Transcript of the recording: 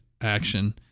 action